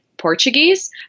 Portuguese